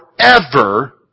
forever